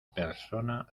persona